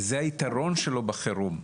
וזה היתרון שלו בחירום.